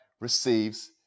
receives